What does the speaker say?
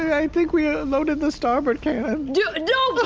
i think we ah loaded the starboard cannons. you know